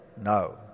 No